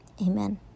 Amen